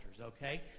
Okay